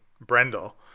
Brendel